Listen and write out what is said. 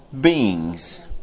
beings